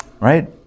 Right